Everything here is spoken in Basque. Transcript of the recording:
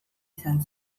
izan